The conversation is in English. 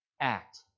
act